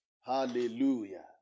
Hallelujah